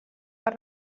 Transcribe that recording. per